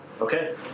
okay